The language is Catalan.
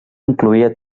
incloïa